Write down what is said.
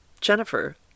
Jennifer